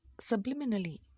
subliminally